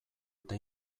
eta